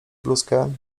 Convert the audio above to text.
bluzkę